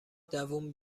دووم